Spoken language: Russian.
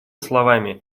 словами